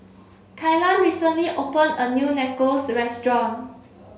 Kylan recently open a new Nachos restaurant